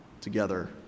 together